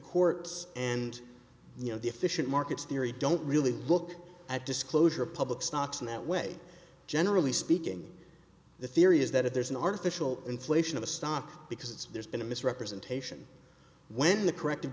courts and you know the efficient markets theory don't really look at disclosure public stocks in that way generally speaking the theory is that if there's an artificial inflation of a stock because it's there's been a misrepresentation when the correct